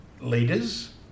leaders